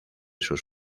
sus